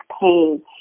pain